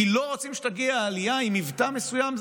כי לא רוצים שתגיע עלייה עם מבטא מסוים?